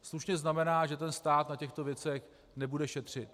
Slušně znamená, že stát na těchto věcech nebude šetřit.